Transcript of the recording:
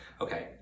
Okay